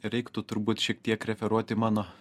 reiktų turbūt šiek tiek referuoti mano